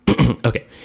Okay